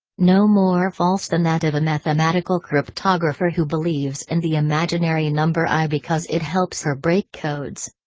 no more false than that of a mathematical cryptographer who believes in the imaginary number i because it helps her break codes.